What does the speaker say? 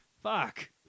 Fuck